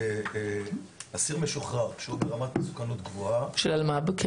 שאסיר משוחרר שהוא ברמת מסוכנות גבוהה --- של אלמ"ב,